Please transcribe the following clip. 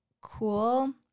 cool